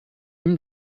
nimm